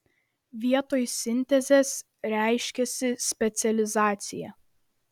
vietoj sintezės reiškiasi specializacija